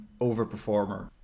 overperformer